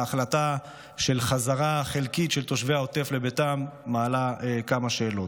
ההחלטה של חזרה חלקית של תושבי העוטף לביתם מעלה כמה שאלות.